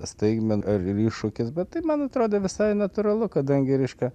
staigmena ar iššūkis bet tai man atrodė visai natūralu kadangi reiškia